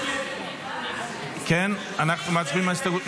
אנחנו עוברים להצבעה --- אלקטרונית.